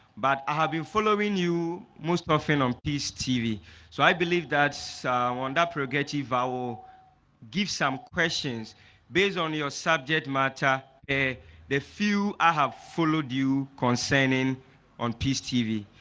but i have been following you most often on piece tv so i believe that's one that forget eval give some questions based on your subject matter a the few i have followed you concerning on piece tv.